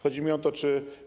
Chodzi mi o to, czy.